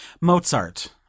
Mozart